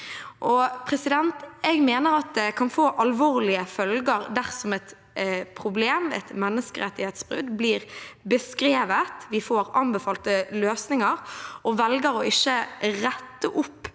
Stortinget. Jeg mener det kan få alvorlige følger dersom et problem, et menneskerettighetsbrudd, blir beskrevet, og vi får anbefalte løsninger og velger å ikke rette opp